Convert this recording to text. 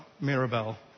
Mirabel